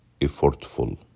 effortful